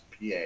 PA